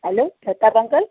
hello Pratap uncle